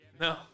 No